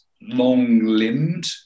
long-limbed